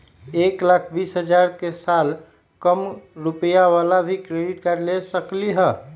एक लाख बीस हजार के साल कम रुपयावाला भी क्रेडिट कार्ड ले सकली ह?